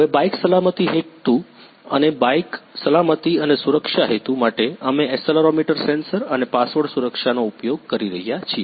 હવે બાઇક સલામતી હેતુ અને બાઇક સલામતી અને સુરક્ષા હેતુ માટે અમે એક્સેલરોમીટર સેન્સર અને પાસવર્ડ સુરક્ષાનો ઉપયોગ કરીએ છીએ